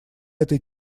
этой